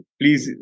please